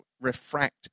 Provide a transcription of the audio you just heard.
refract